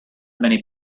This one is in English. many